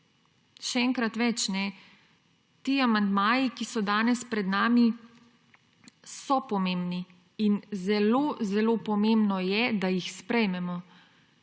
še enkrat več, ti amandmaji, ki so danes pred nami, so pomembni in zelo zelo pomembno je, da jih sprejmemo.